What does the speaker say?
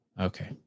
Okay